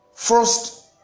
First